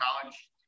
college